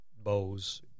bows